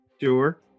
Sure